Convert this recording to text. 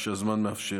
שהזמן מאפשר,